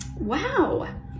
Wow